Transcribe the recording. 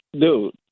Dude